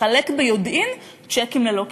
לחלק ביודעין צ'קים ללא כיסוי.